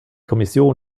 kommission